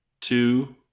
two